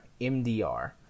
MDR